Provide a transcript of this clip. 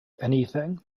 anything